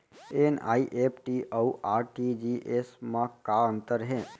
NEFT अऊ RTGS मा का अंतर हे?